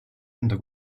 enda